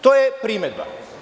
To je primedba.